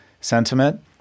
sentiment